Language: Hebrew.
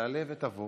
תעלה ותבוא